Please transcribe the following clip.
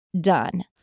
done